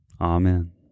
Amen